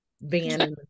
van